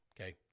okay